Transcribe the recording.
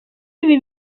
ibi